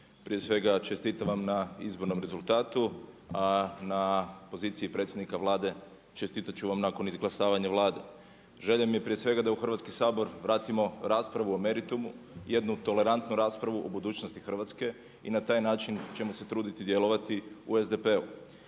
prije svega čestitam vam na izbornom rezultatu a na poziciji predsjednika Vlade čestitat ću vam nakon izglasavanja Vlade. Želja mi je prije svega da u Hrvatski sabor vratimo raspravu o meritumu, jednu tolerantnu raspravu u budućnosti Hrvatske i na taj način ćemo se truditi djelovati u SDP-u.